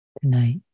tonight